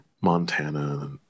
Montana